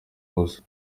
imoso